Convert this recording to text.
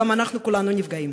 גם אנחנו כולנו נפגעים.